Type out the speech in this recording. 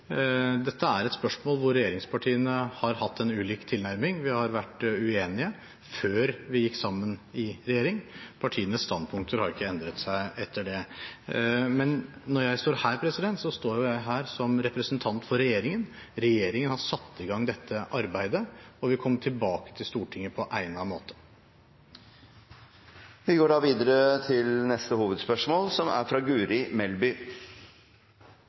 Dette er et spørsmål hvor regjeringspartiene har hatt en ulik tilnærming. Vi har vært uenige før vi gikk sammen i regjering. Partienes standpunkter har ikke endret seg etter det. Men når jeg står her, står jeg her som representant for regjeringen. Regjeringen har satt i gang dette arbeidet og vil komme tilbake til Stortinget på egnet måte. Vi går da videre til neste hovedspørsmål. Mitt spørsmål går til klima- og miljøministeren. Som ministeren er